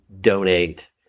donate